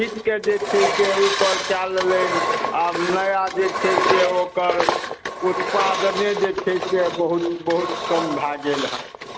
सहित जे छै से उपरि कय लेलनि आब नया जे छै से ओकर उत्पादने जे छै से बहुत बहुत कम भय गेल हँ